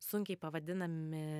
sunkiai pavadinami